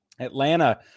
Atlanta